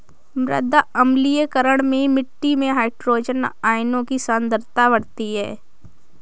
मृदा अम्लीकरण में मिट्टी में हाइड्रोजन आयनों की सांद्रता बढ़ती है